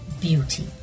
Beauty